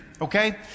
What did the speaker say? Okay